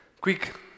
quick